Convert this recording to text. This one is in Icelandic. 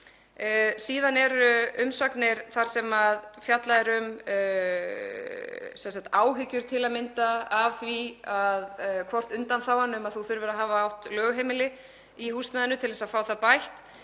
Síðan eru umsagnir þar sem fjallað er um áhyggjur til að mynda af undanþágunni um að þú þurfir að hafa átt lögheimili í húsnæðinu til að fá það bætt.